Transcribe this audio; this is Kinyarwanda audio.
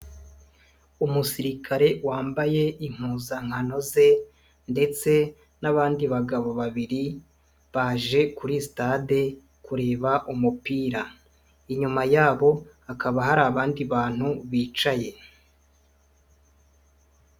Umusirikare wambaye impuzankano ze ndetse n'abandi bagabo babiri baje kuri sitade kureba umupira, inyuma yabo hakaba hari abandi bantu bicaye.